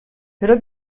però